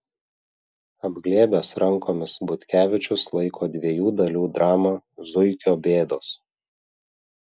apglėbęs rankomis butkevičius laiko dviejų dalių dramą zuikio bėdos